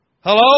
Hello